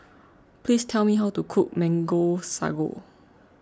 please tell me how to cook Mango Sago